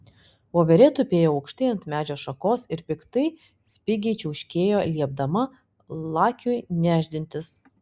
voverė tupėjo aukštai ant medžio šakos ir piktai spigiai čiauškėjo liepdama lakiui nešdintis